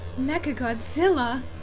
Mechagodzilla